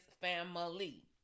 family